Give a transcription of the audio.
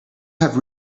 have